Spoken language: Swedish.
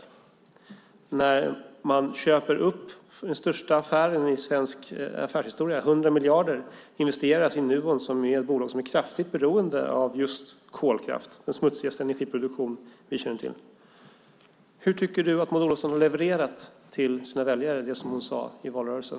Vattenfall investerar 100 miljarder - den största affären i svensk affärshistoria - i Nuon, ett bolag som är kraftigt beroende av just kolkraft, den smutsigaste energiproduktion vi känner till. Tycker Jan Andersson att Maud Olofsson har levererat till sina väljare det som hon lovade i valrörelsen?